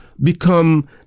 become